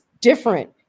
different